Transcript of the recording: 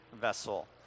vessel